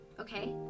okay